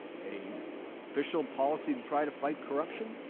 a official policy to try to fight corruption?